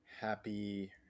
Happy